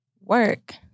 work